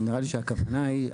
נראה לי שהכוונה היא,